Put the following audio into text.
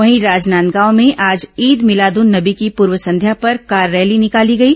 वहीं राजनांदगांव में आज ईद भिलाद उन नबी की पूर्व संध्या पर कार रैली निकाली गई